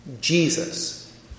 Jesus